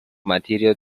material